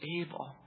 able